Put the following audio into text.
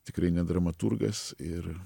tikrai ne dramaturgas ir